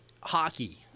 hockey